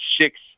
six